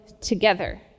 together